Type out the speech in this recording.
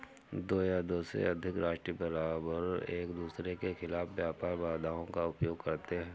दो या दो से अधिक राष्ट्र बारबार एकदूसरे के खिलाफ व्यापार बाधाओं का उपयोग करते हैं